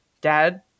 dad